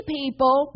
people